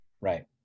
Right